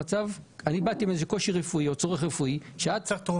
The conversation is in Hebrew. אני באתי עם קושי רפואי או צורך רפואי ואת,